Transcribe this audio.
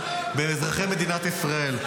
באזרחי מדינת ישראל.